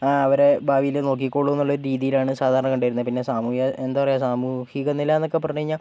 അവരെ ഭാവിയിൽ നോക്കിക്കോളും എന്നൊരു രീതിയിലാണ് സാധാരണ കണ്ട് വരുന്നത് പിന്നെ സമൂഹിക എന്താ പറയാ സാമൂഹിക നിലയെന്നൊക്കെ പറഞ്ഞുകഴിഞ്ഞാൽ